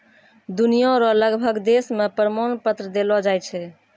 दुनिया रो लगभग देश मे प्रमाण पत्र देलो जाय छै